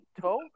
toe